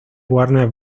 warner